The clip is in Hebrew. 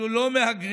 אנחנו לא מהגרים